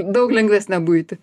daug lengvesnę buitį